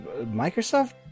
Microsoft